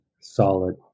solid